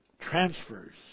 transfers